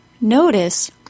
Notice